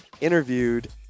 interviewed